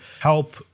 help